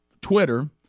Twitter